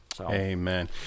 Amen